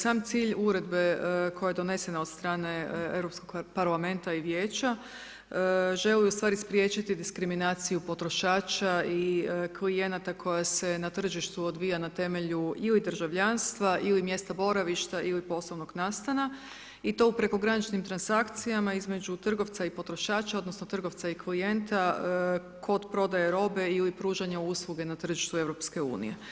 Sam cilj uredbe koja je donesena od strane Europskog parlamenta i Vijeća, želi ustvari spriječiti diskriminaciju potrošača i klijenata koje se na tržištu odvija na temelju ili državljanstva ili mjesta boravišta ili poslovnog nastana i to u prekograničnog transakcijama između trgovca i potrošača, odnosno, trgovca i klijenta kod prodaje robe ili pružanje usluge ne tržištu EU.